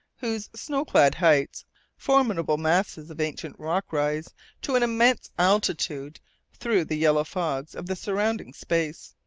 whose snow-clad heights formidable masses of ancient rock-rise to an immense altitude through the yellow fogs of the surrounding space.